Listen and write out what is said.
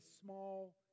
small